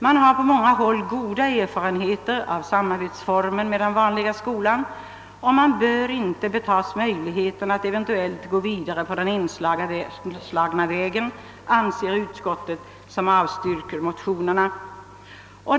Man har på många håll goda erfarenheter av samarbetet med den vanliga skolan, och man bör inte betagas möjligheten att eventuellt gå vidare på den inslagna vägen, anser utskottet, som avstyrker motionsyrkandena.